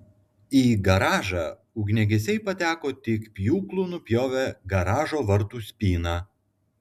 į garažą ugniagesiai pateko tik pjūklu nupjovę garažo vartų spyną